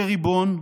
כריבון,